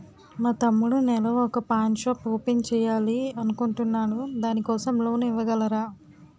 మా తమ్ముడు నెల వొక పాన్ షాప్ ఓపెన్ చేయాలి అనుకుంటునాడు దాని కోసం లోన్ ఇవగలరా?